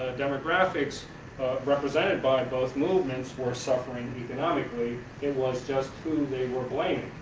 ah demographics represented by both movements were suffering economically, it was just who they were blaming.